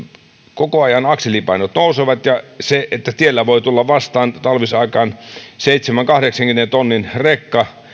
koko ajan akselipainot nousevat ja se että tiellä voi tulla vastaan talvisaikaan seitsemänkymmenen viiva kahdeksankymmenen tonnin rekka